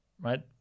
right